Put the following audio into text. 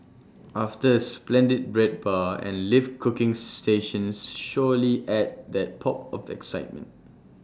after A splendid bread bar and live cooking stations surely add that pop of excitement